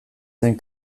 zen